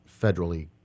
federally